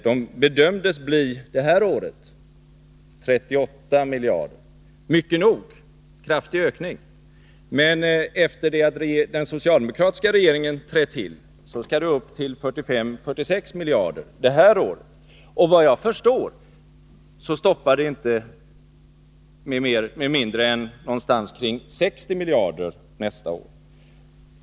De bedömdes bli 38 miljarder för innevarande år — vilket är mycket nog, en kraftig ökning — men efter det att den socialdemokratiska regeringen har trätt till beräknas räntorna uppgå till 45-46 miljarder, och såvitt jag förstår stoppar det inte med mindre än ca 60 miljarder nästa år.